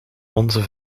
onze